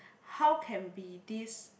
how can be this